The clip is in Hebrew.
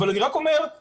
אבל אני רק אומר ששוב,